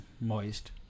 moist